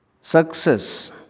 Success